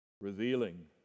revealing